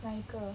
哪一个